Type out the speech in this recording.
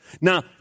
Now